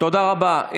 תודה רבה.